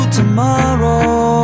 tomorrow